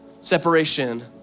separation